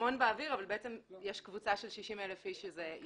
המון באוויר אבל בעצם יש קבוצה של 60,000 איש שזה ישפיע עליהם.